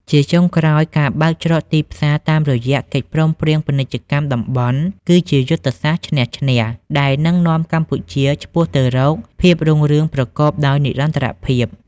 ជាចុងក្រោយ ការបើកច្រកទីផ្សារតាមរយៈកិច្ចព្រមព្រៀងពាណិជ្ជកម្មតំបន់ គឺជាយុទ្ធសាស្ត្រឈ្នះ-ឈ្នះ ដែលនឹងនាំកម្ពុជាឆ្ពោះទៅរកភាពរុងរឿងប្រកបដោយនិរន្តរភាព។